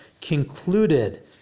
concluded